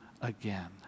again